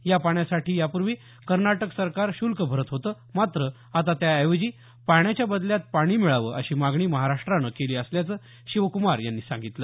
या पाण्यासाठी यापूर्वी कर्नाटक सरकार शुल्क भरत होतं मात्र आता त्याऐवजी पाण्याच्या बदल्यात पाणी मिळावं अशी मागणी महाराष्ट्रानं केली असल्याचं शिवक्मार यांनी सांगितलं